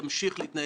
משמעותית מאוד.